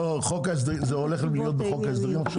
זה הולך להיות בחוק ההסדרים עכשיו?